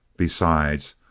besides,